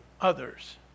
others